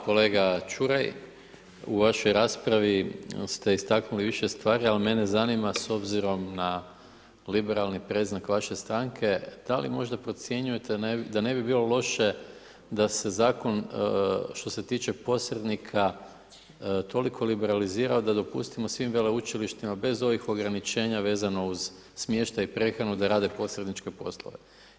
Kolega Čuraj, u vašoj raspravi ste istaknuli više stvari ali mene zanima s obzirom na liberalni predznak vaše stranke, da li može procjenjujete da ne bi bilo loše da se zakon što se tiče posrednika toliko liberalizira da dopustimo svim veleučilišta bez ovih ograničenja vezano uz smještaj i prehranu, da rade posredničke poslove?